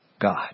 God